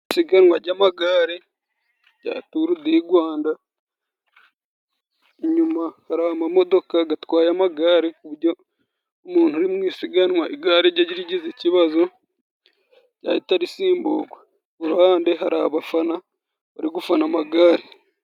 Isiganwa jy'amagare jya turudigwanda, inyuma hari amamodoka gatwaye amagare ku ubujyo umuntu uri mu isiganwa igare jye rigize ikibazo jyahita risimbugwa. Ku ruhande hari abafana bari gufana amagare.